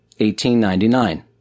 1899